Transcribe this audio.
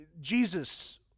Jesus